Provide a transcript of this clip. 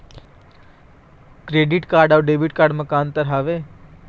Credit अऊ debit card म का अंतर हावे?